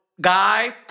guys